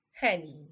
Honey